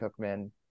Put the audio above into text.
Cookman